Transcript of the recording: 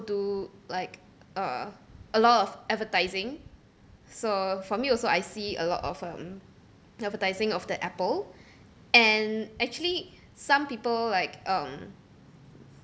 do like uh a lot of advertising so for me also I see a lot of um advertising of the Apple and actually some people like um